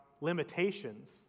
limitations